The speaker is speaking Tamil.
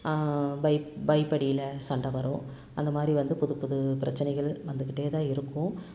பைப் பைப்அடியில் சண்டை வரும் அந்த மாதிரி வந்து புது புது பிரச்சனைகள் வந்துக்கிட்டே தான் இருக்கும்